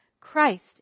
Christ